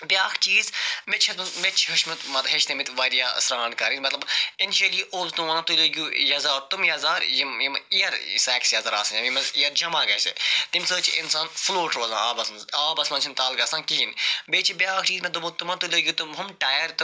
بیٛاکھ چیٖز مےٚ تہِ چھُ مےٚ تہِ چھُ ہیوٚچھمُت مَطلَب ہیٚچھنٲومٕتۍ واریاہ سرٛان کَرٕنۍ مَطلَب اِنشَلی ونان تُہۍ لٲگِو یَزار تِم یَزار یِم یِم اِیَر سیکس یَزار آسَن یعنی ییٚمہِ مَنٛز اِیَر جمع گَژھِ تَمہِ سۭتۍ چھُ انسان فلوٹ روزان آبَس مَنٛز آبَس منٛز چھِنہٕ تَل گَژھان کِہیٖنۍ بیٚیہِ چھ بیٛاکھ چیٖز مےٚ دوٚپمُت تِمن تُہۍ لٲگِو تِم ہُم ٹایَر تِم